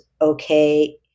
okay